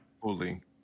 Fully